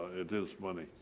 it is money